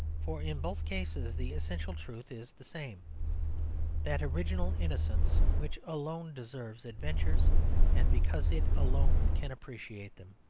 for in both cases the essential truth is the same that original innocence which alone deserves adventures and because it alone can appreciate them.